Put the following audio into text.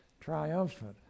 triumphant